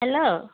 hello